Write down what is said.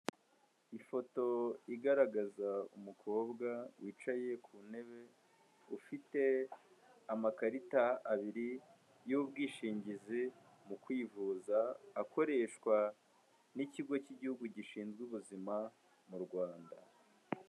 Ifoto igaragaza umukobwa wicaye ku ntebe, ufite amakarita abiri y'ubwishingizi mu kwivuza akoreshwa n'ikigo cy'igihugu gishinzwe ubuzima mu Rwanda.